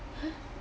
!huh!